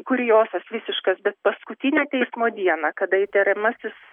kuriozas visiškas bet paskutinę teismo dieną kada įtariamasis